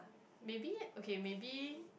maybe okay maybe